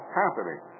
happening